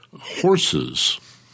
horses